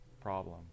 problem